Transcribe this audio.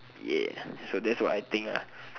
ya so that's what I think lah